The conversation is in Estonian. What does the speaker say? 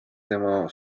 tema